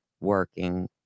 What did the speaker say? working